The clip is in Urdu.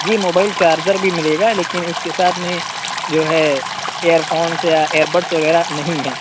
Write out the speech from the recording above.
جی موبائل چارجر بھی ملے گا لیکن اس کےساتھ میں جو ہے ایئر فونز یا ایئر بڈز وغیرہ نہیں ہیں